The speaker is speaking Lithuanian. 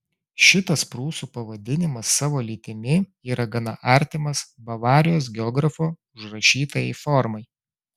šitas prūsų pavadinimas savo lytimi yra gana artimas bavarijos geografo užrašytajai formai